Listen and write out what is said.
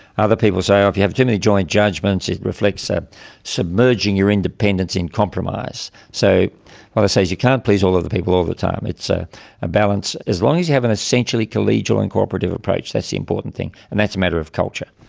other people say, oh, if you have too many joint judgments it reflects ah submerging your independence in compromise. so what i say is you can't please all of the people all of the time. it's ah a balance as long as you have an essentially collegial and cooperative approach, that's the important thing. and that's a matter of culture.